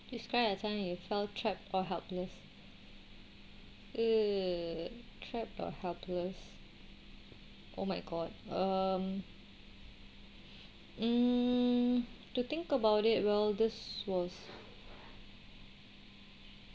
describe a time you felt trap or helpless err trapped or helpless oh my god um mm to think about it well this was